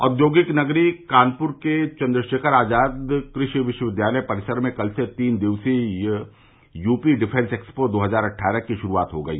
औद्योगिक नगरी कानपुर के चन्द्रशेखर आजाद कृषि विश्वविद्यालय परिसर में कल से तीन दिवसीय यूपी डिफेंस एक्सपो दो हजार अट्ठारह की शुरूआत हो गई